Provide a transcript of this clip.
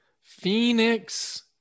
Phoenix